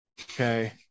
okay